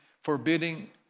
forbidding